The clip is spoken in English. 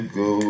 go